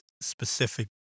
specific